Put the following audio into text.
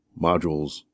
modules